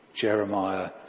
Jeremiah